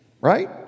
right